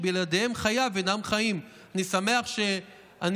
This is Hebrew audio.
שבלעדיהם חייו אינם חיים." אני שמח שאני